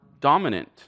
dominant